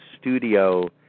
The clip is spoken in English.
studio